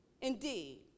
indeed